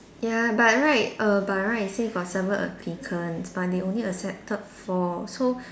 ya by right err by right say got seven applicants but they only accepted four so